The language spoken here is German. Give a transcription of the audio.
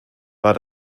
war